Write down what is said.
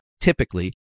typically